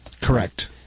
correct